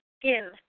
skin